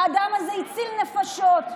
האדם הזה הציל נפשות.